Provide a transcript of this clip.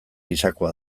gisakoa